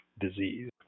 disease